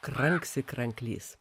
kranksi kranklys